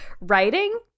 writing